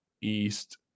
East